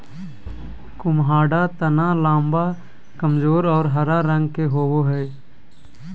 कुम्हाडा तना लम्बा, कमजोर और हरा रंग के होवो हइ